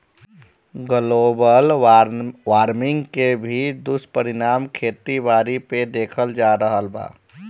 global warming के भी दुष्परिणाम खेती बारी पे देखल जा रहल बा